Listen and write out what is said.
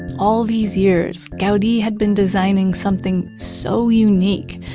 all these years gaudi had been designing something so unique,